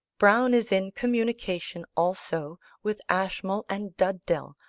browne is in communication also with ashmole and dugdale,